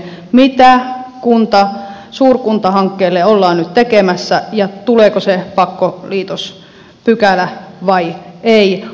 mitä suurkuntahankkeelle ollaan nyt tekemässä ja tuleeko se pakkoliitospykälä vai ei